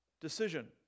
decision